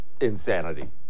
insanity